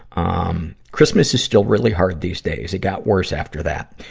um christmas is still really hard these days it got worse after that.